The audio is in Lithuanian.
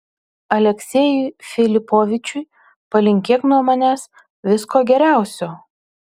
aleksejui filipovičiui palinkėk nuo manęs visko geriausio